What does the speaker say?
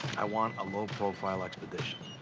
i want a low-profile expedition.